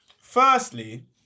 Firstly